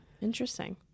Interesting